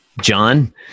John